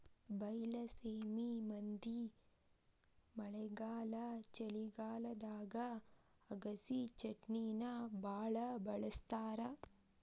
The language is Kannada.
ಬೈಲಸೇಮಿ ಮಂದಿ ಮಳೆಗಾಲ ಚಳಿಗಾಲದಾಗ ಅಗಸಿಚಟ್ನಿನಾ ಬಾಳ ಬಳ್ಸತಾರ